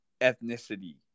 ethnicity